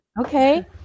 okay